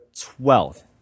twelfth